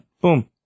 Boom